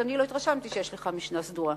כי אני לא התרשמתי שיש לך משנה סדורה.